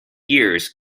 years